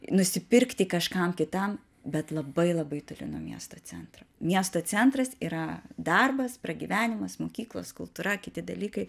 nusipirkti kažkam kitam bet labai labai toli nuo miesto centro miesto centras yra darbas pragyvenimas mokyklos kultūra kiti dalykai